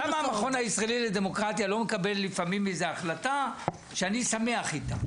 למה המכון הישראלי לדמוקרטיה לא מקבל לפעמים איזה החלטה שאני שמח איתה,